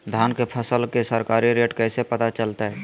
धान के फसल के सरकारी रेट कैसे पता चलताय?